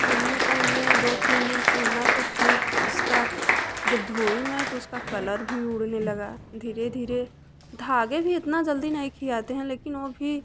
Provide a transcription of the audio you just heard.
पहनने पहनने दो तीन दिन पहना तो फिर उसका जब धोई मैं तो उसका कलर भी उड़ने लगा धीरे धीरे धागे भी इतना जल्दी नही खियाते हैं लेकिन वो भी